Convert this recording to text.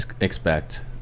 expect